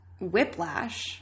Whiplash